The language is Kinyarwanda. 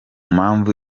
mpamvu